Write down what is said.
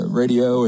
radio